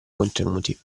contenuti